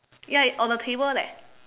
ya you on the table leh